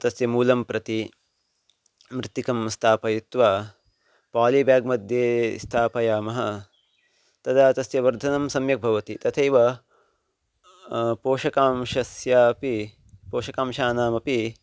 तस्य मूलं प्रति मृत्तिकं स्थापयित्वा पालिबेग् मध्ये स्थापयामः तदा तस्य वर्धनं सम्यक् भवति तथैव पोषकांशस्यापि पोषकांशानामपि